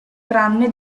tranne